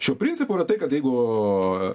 šių principų yra tai kad jeigu